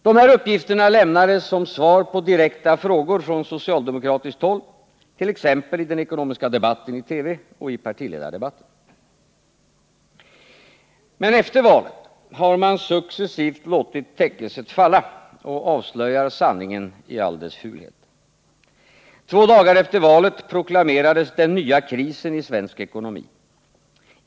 Dessa uppgifter lämnades som svar på direkta frågor från socialdemokratiskt håll t.ex. i den ekonomiska debatten i TV och i partiledardebatten. Men efter valet har man successivt låtit täckelset falla och avslöjar sanningen i all dess fulhet. Två dagar efter valet proklamerades den nya krisen i svensk ekonomi.